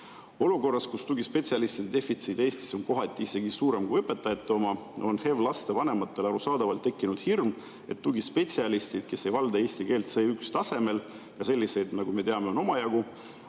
Olukorras, kus tugispetsialistide defitsiit Eestis on kohati isegi suurem kui õpetajate oma, on HEV‑laste vanematel arusaadavalt tekkinud hirm, et tugispetsialistid, kes ei valda eesti keelt C1‑tasemel – ja selliseid, nagu me teame, on omajagu